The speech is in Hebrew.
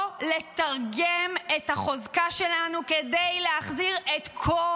או לתרגם את החוזקה שלנו כדי להחזיר את כל,